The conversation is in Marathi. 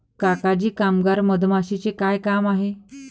काका जी कामगार मधमाशीचे काय काम आहे